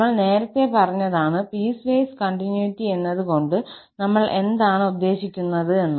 നമ്മൾ നേരത്തെ പറഞ്ഞതാണ് പീസ്വൈസ് കണ്ടിന്യൂറ്റി എന്നത്കൊണ്ട് നമ്മൾ എന്താണ് ഉദ്ദേശിക്കുന്നത് എന്ന്